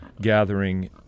gathering